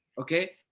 okay